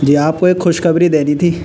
جی آپ کو ایک خوش خبری دینی تھی